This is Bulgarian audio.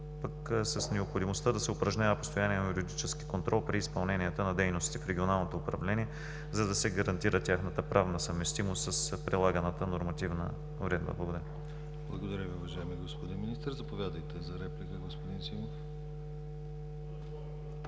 с необходимостта да се упражнява постоянен юридически контрол при изпълненията на дейностите в Регионалното управление, за да се гарантира тяхната правна съвместимост с прилаганата нормативна уредба. Благодаря. ПРЕДСЕДАТЕЛ ДИМИТЪР ГЛАВЧЕВ: Благодаря Ви, уважаеми господин Министър. Заповядайте за реплика, господин Симов.